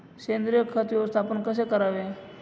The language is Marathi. सेंद्रिय खत व्यवस्थापन कसे करावे?